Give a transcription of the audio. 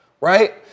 Right